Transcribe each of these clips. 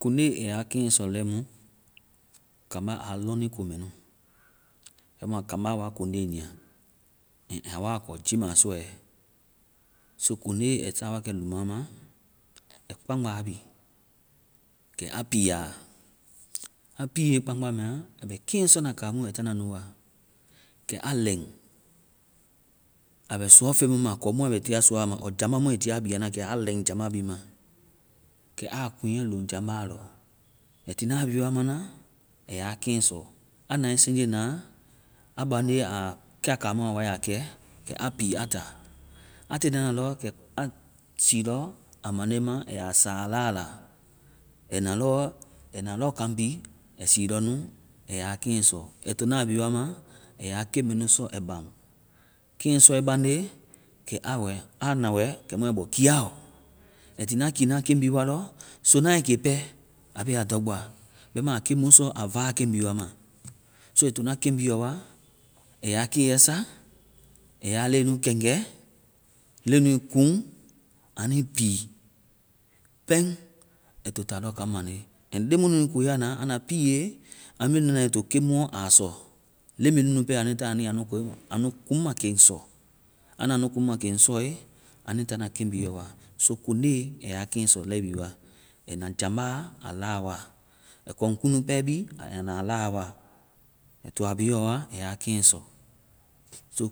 Kone ai a keŋ sɔ lɛimu, kaamba, a lɔni ko mɛ nu. Bɛma kaamba wa kone nyiia. Ɛŋ a wa kɔ jiimasɔɛ. so kone ai sa wakɛ luma ma, ai kpaŋgba bi. Kɛ a pii a. A piie kpaŋgba mɛ a, a bɛ keŋ sona kamu, ai tana nu wa. Kɛ a ɛŋ. A bɛ suuɔ feŋ mu makɔŋ mu a bɛ suuɔ a ma so jambá mu ai tia a bia na, kɛ a lɛŋ jamba bi ma. Kɛ a kugɛ loŋ jamba lɔ. Ai to na bi wa ma na ai ya keŋ sɔ. A nae siinji na a, a bande a kɛa kamu a wa a ya kɛ, kɛ a pii a ta. A tie nana lɔ, kɛ a sii lɔ a mande ma ai a saa a la la. Ai na lɔai na lɔ kaŋ bi. Ai sii lɔ nu ai a keŋ sɔ. Ai to na a bi wa ma ai a keŋ mɛnu sɔ ai baŋ. Keŋ sɔe baŋde, kɛ a wɛ-kɛ a na wɛ kɛmu ai bɔ kiiaɔ. Ai ti na kiina keŋ bi wa lɔ, sonae ke pɛ a be a dɔgbɔa. Bɛma a keŋ mu sɔ, a vaa keŋ bi wa ma. so ai to na keŋ bi yɔ wa ai ya keyɛ sa, ai a leŋnu kɛŋgɛ, leŋnui kuŋ a nui pii pɛŋ ai to ta lɔ kaŋmande. Ɛŋ leŋ munui koya na, anda piie, a nu be nana ai to keŋ mu a sɔ. Leŋmɛ nunu pɛ, a nui tana a nu ya nu kuŋma keŋ sɔ. Anda nu kuŋma keŋ sɔe, a nui tana keŋ bi yɔ wa. so kone, ai ya keŋ sɔ lɛi bi wa. Ai na jamba a la wa. Ai kuŋ kuŋdu pɛ bi, ai na a la wa. A to a bi yɔ wa ai ya keŋ sɔ. so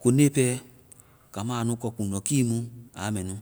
kone pɛ, kambá a nu kɔ kuŋdukii mu, a mɛ nu.